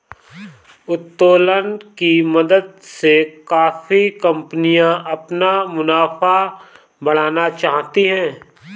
उत्तोलन की मदद से काफी कंपनियां अपना मुनाफा बढ़ाना जानती हैं